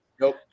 nope